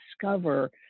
discover